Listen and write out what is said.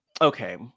okay